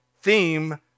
theme